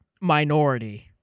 Minority